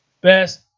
best